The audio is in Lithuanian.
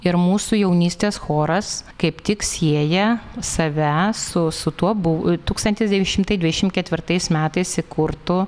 ir mūsų jaunystės choras kaip tik sieja save su su tuo buv tūkstantis devyni šimtai dvidešimt ketvirtais metais įkurto